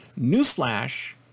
newsflash